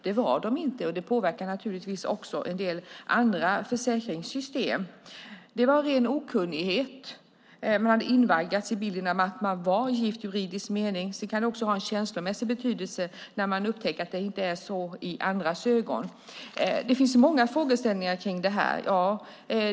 Det var de inte, och det påverkade naturligtvis också en del försäkringssystem. Det berodde på ren okunnighet. Man hade invaggats i tron att man var gift i juridisk mening. Sedan kan det också ha en känslomässig betydelse när man upptäcker att det inte är så i andras ögon. Det finns många frågeställningar kring detta.